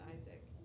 Isaac